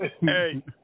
Hey